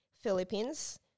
Philippines